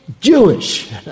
Jewish